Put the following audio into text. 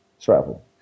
travel